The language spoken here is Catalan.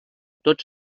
tots